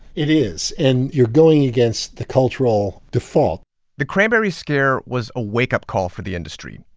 it is. and you're going against the cultural default the cranberry scare was a wakeup call for the industry.